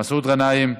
מסעוד גנאים,